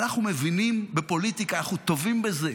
אנחנו מבינים בפוליטיקה, אנחנו טובים בזה.